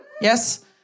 Yes